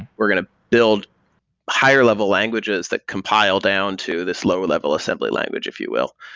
we're going to build higher-level languages that compile down to this lower-level assembly language, if you will.